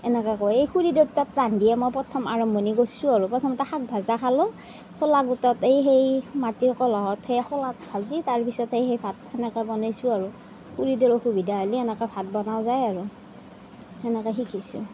এনেকৈ কয় খুৰীদেউ তাত ৰান্ধিয়ে মই প্ৰথম আৰম্ভণি কৰিছোঁ আৰু প্ৰথমতে শাক ভাজা খালোঁ খোলা এই মাটিৰ কলহৰ এই খোলাত ভাজি তাৰ পিছতে সেই তাত সেনেকৈ বনাইছোঁ আৰু খুৰীদেউৰ অসুবিধা হ'লে এনেকৈ ভাত বনোৱা যায় আৰু সেনেকৈ শিকিছোঁ